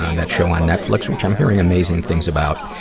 and that show on netflix, which i'm hearing amazing things about.